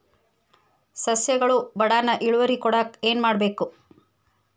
ಸಸ್ಯಗಳು ಬಡಾನ್ ಇಳುವರಿ ಕೊಡಾಕ್ ಏನು ಮಾಡ್ಬೇಕ್?